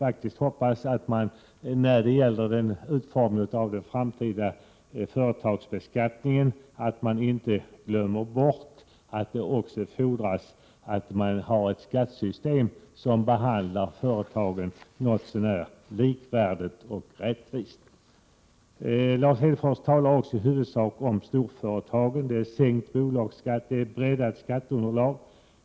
Beträffande utformningen av den framtida företagsbeskattningen hoppas jag att man inte glömmer bort att det också fordras ett skattesystem som behandlar företagen något så när likvärdigt och rättvist. Lars Hedfors behandlade i huvudsak storföretagen. Det rör sig om sänkt bolagsskatt och breddat skatteunderlag.